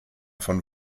von